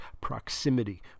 proximity